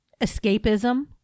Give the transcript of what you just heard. escapism